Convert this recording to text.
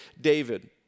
David